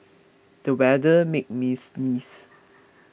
the weather made me sneeze